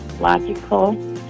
logical